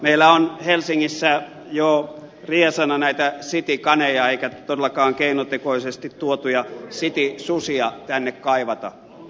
meillä on helsingissä jo riesana näitä citykaneja eikä todellakaan keinotekoisesti tuotuja citysusia tänne kaivata